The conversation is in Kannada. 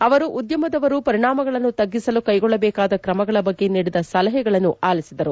ಅವರು ಉದ್ಯಮದವರು ಪರಿಣಾಮಗಳನ್ನು ತಗ್ಗಿಸಲು ಕ್ಷೆಗೊಳ್ಳಬೇಕಾದ ಕ್ರಮಗಳ ಬಗ್ಗೆ ನೀಡಿದ ಸಲಹೆಗಳನ್ನು ಆಲಿಸಿದರು